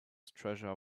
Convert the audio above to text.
treasure